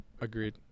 agreed